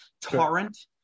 torrent